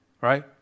Right